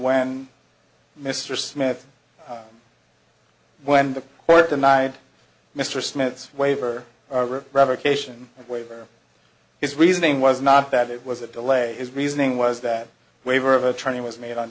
when mr smith when the court denied mr smith's waiver revocation waiver his reasoning was not that it was a delay his reasoning was that waiver of attorney was made on